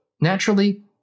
naturally